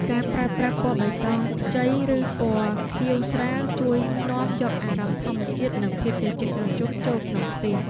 ការប្រើប្រាស់ពណ៌បៃតងខ្ចីឬពណ៌ខៀវស្រាលជួយនាំយកអារម្មណ៍ធម្មជាតិនិងភាពត្រជាក់ត្រជុំចូលក្នុងផ្ទះ។